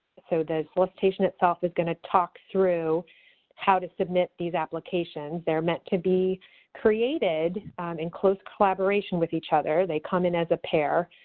so, the solicitation itself is going to talk through how to submit these applications. they are meant to be created in close collaboration with each other. they come in as a pair.